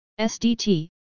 SDT